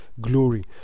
glory